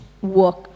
work